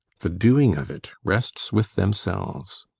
the doing of it rests with themselves.